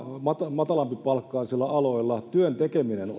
matalampipalkkaisilla aloilla työn tekeminen